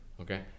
Okay